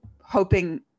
hoping